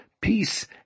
peace